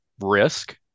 risk